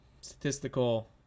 statistical